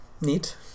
Neat